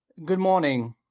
good morning.